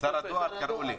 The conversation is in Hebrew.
שר הדואר קראו לי.